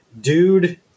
Dude